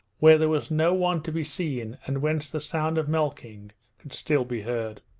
where there was no one to be seen and whence the sound of milking could still be heard.